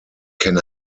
can